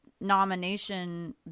nomination